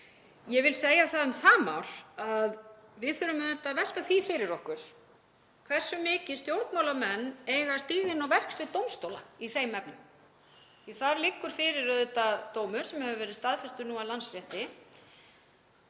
Ég vil segja um það mál að við þurfum auðvitað að velta því fyrir okkur hversu mikið stjórnmálamenn eiga að stíga inn á verksvið dómstóla í þeim efnum því að þar liggur fyrir dómur sem hefur verið staðfestur af Landsrétti.